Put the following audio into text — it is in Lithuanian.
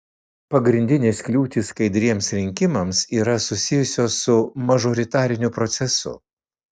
pagrindinės kliūtys skaidriems rinkimams yra susijusios su mažoritariniu procesu